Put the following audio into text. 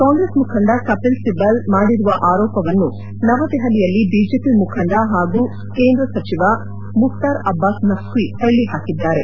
ಕಾಂಗ್ರೆಸ್ ಮುಖಂಡ ಕಪಿಲ್ ಸಿಬಲ್ ಮಾಡಿರುವ ಆರೋಪವನ್ನು ನವದೆಪಲಿಯಲ್ಲಿ ಬಿಜೆಪಿ ಮುಖಂಡ ಪಾಗೂ ಕೇಂದ್ರ ಸಚಿವ ಮುಕ್ತಾರ್ ಅಬ್ಬಾಸ್ ನಕ್ವಿ ತಳ್ಳಿ ಹಾಕಿದ್ದಾರೆ